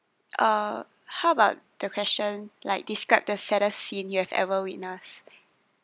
uh how about the question like describe the saddest scene you have ever witness